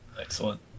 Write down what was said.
Excellent